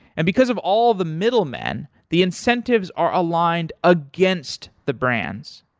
and because of all the middleman, the incentives are aligned against the brands.